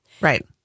Right